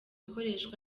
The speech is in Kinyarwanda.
ikoreshwa